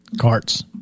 carts